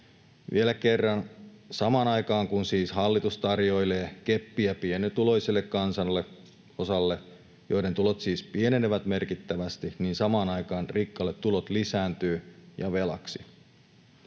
Vielä kerran: Samaan aikaan, kun hallitus tarjoilee keppiä pienituloiselle kansanosalle, jonka tulot siis pienenevät merkittävästi, rikkaille tulot lisääntyvät ja velaksi.